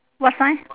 what sign